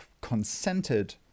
consented